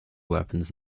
weapons